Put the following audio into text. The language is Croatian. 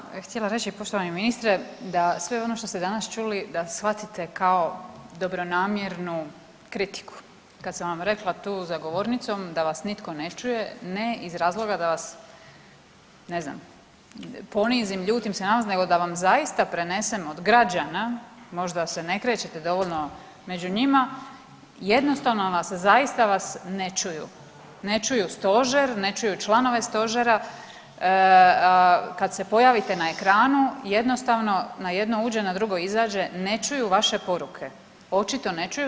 Evo ja sam htjela reći poštovani ministre da sve ono što ste danas čuli da shvatite kao dobronamjernu kritiku, kad sam vam rekla tu za govornicom da vas nitko ne čuje ne iz razloga da vas ne znam ponizim, ljutim se na vas nego da vam zaista prenesem od građana, možda se ne krećete dovoljno među njima, jednostavno nas zaista vas ne čuju, ne čuju stožer, ne čuju članove stožera, kad se pojavite na ekranu jednostavno na jedno uđe na drugo izađe, ne čuju vaše poruke, očito ne čuju.